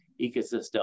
ecosystem